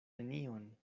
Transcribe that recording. nenion